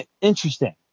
interesting